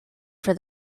for